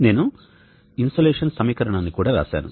నేను ఇన్సోలేషన్ సమీకరణాన్ని కూడా వ్రాసాను